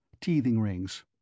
teething-rings